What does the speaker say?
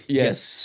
yes